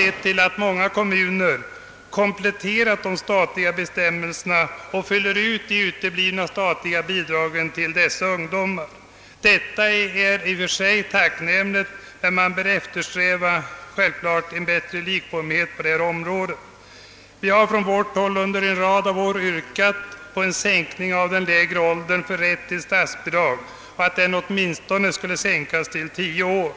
Av den anledningen har många kommuner beslutat komplettera de statliga bestämmelserna och fyller ut de uteblivna statliga bidragen när det gäller dessa ungdomar. I och för sig är det tacknämligt, men man bör självklart eftersträva en större likformighet på detta område. Vi har från vårt håll under en rad av år påyrkat en sänkning av åldersgränsen för deltagande i statsbidragsberättigad fritidsgrupp till 10 år.